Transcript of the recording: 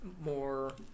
more